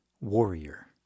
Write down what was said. Warrior